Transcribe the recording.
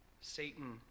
Satan